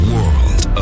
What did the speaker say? World